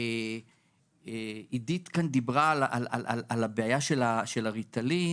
אידית דיברה על הבעיה של הריטלין